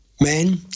men